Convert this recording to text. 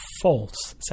false